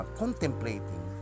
contemplating